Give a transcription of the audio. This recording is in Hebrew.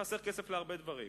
חסר כסף להרבה דברים.